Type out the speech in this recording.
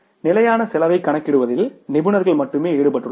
நிலையான செலவைக் கணக்கிடுவதில் நிபுணர்கள் மட்டுமே ஈடுபட்டுள்ளனர்